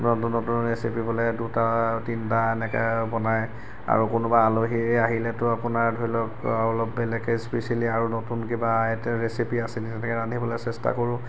নতুন নতুন ৰেচিপি হ'লে দুটা তিনটা এনেকৈ বনাই আৰু কোনোবা আলহী আহিলেতো আপোনাৰ ধৰি লওক আৰু অলপ বেলেগকৈ স্পিছিয়েলি আৰু নতুন কিবা আইটেম ৰেপিচি আছে নেকি তেনেকৈ ৰান্ধিবলৈ চেষ্টা কৰোঁ